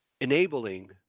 enabling